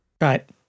Right